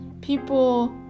people